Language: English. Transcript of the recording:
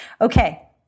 Okay